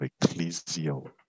ecclesial